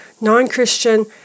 non-Christian